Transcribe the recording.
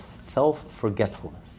self-forgetfulness